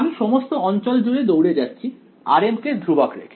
আমি সমস্ত অঞ্চল জুড়ে দৌড়ে যাচ্ছি rm কে ধ্রুবক রেখে